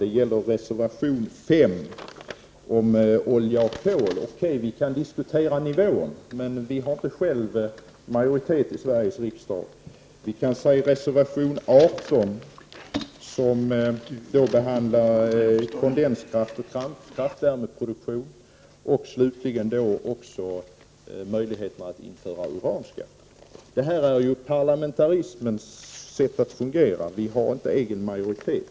Det gäller reservationen om olja och kol — okej, vi kan diskutera skattens nivå, men vi har inte själva majoritet i Sveriges riksdag — och det gäller reservation 18, som behandlar kondenskraft och kraftvärmeproduktion, och det gäller slutligen möjligheten att införa uranskatt. Det här är ju parlamentarismens sätt att fungera. Vi har inte egen majoritet.